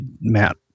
Matt